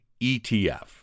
ETF